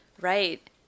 Right